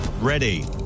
Ready